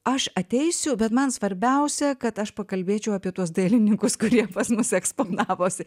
aš ateisiu bet man svarbiausia kad aš pakalbėčiau apie tuos dailininkus kurie pas mus eksponavosi